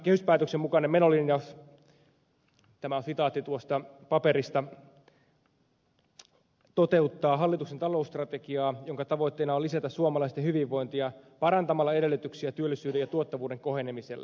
kehyspäätöksen mukainen menolinjaus tämä on sitaatti tuosta paperista toteuttaa hallituksen talousstrategiaa jonka tavoitteena on lisätä suomalaisten hyvinvointia parantamalla edellytyksiä työllisyyden tuntuvalle kohenemiselle